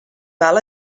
val